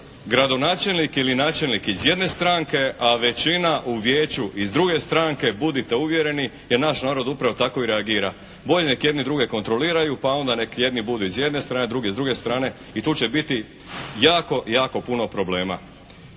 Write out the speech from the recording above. gradonačelnik ili načelnik iz jedne stranke a većina u vijeću iz druge stranke budite uvjereni jer naš narod upravo tako i reagira. Bolje nek jedni druge kontroliraju pa onda nek jedni budu iz jedne strane, drugi iz druge strane i tu će biti jako, jako puno problema.